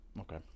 okay